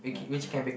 yeah correct